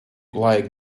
like